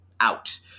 out